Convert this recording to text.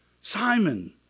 Simon